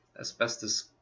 asbestos